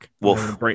Wolf